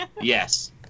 Yes